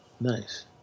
Nice